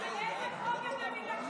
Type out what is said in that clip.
אני, על איזה חוק אתם מתעקשים?